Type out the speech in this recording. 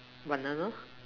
banana